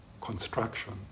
construction